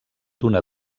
d’una